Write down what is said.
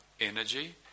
energy